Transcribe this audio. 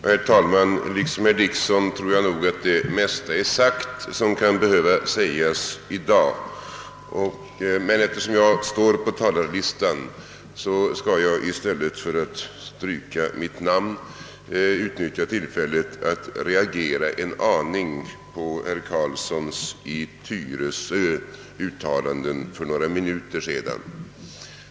Herr talman! Liksom herr Dickson tror jag att det mesta är sagt som kan behöva sägas i dag, men eftersom jag står på talarlistan skall jag i stället för att stryka mitt namn utnyttja tillfället att reagera en aning på herr Carlssons i Tyresö uttalanden för några minuter sedan.